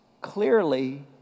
Clearly